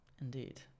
Indeed